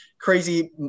crazy